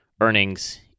earnings